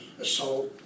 assault